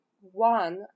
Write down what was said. one